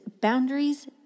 Boundaries